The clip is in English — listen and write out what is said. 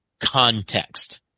context